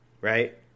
Right